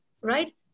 right